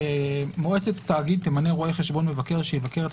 מועצת תאגיד תמנה רואה חשבון מבקר שיבקר את